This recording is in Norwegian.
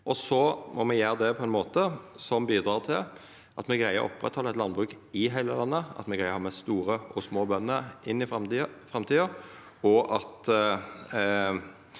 må me gjera det på ein måte som bidreg til at me greier å oppretthalda eit landbruk i heile landet, at me har med store og små bønder inn i framtida,